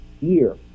year